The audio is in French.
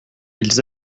ils